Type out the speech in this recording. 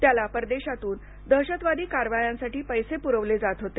त्याला परदेशातून दहशतवादी कारवायांसाठी पैसे पुरवले जात होते